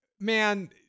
man